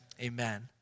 amen